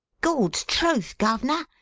gawd's truth, guv'ner,